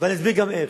ואני אסביר גם איך.